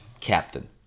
captain